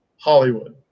hollywood